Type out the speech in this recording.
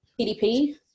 pdp